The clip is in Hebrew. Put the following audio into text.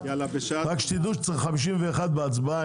רק שתדעו שצריך 51 בהצבעה,